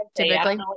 typically